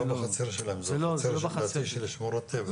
זה לא בחצר שלהם, זה בחצר, לדעתי, של שמורות טבע.